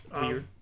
Weird